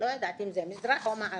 לא ידעתי אם זה מזרח או מערב,